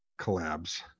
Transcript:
collabs